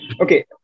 okay